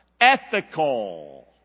ethical